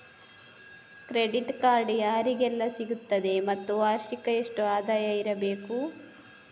Credit card ಯಾರಿಗೆಲ್ಲ ಸಿಗುತ್ತದೆ ಮತ್ತು ವಾರ್ಷಿಕ ಎಷ್ಟು ಆದಾಯ ಇರಬೇಕು?